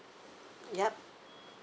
yup